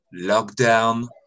lockdown